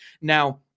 Now